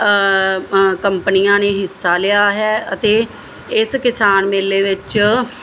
ਕੰਪਨੀਆਂ ਨੇ ਹਿੱਸਾ ਲਿਆ ਹੈ ਅਤੇ ਇਸ ਕਿਸਾਨ ਮੇਲੇ ਵਿੱਚ